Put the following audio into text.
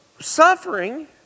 suffering